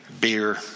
beer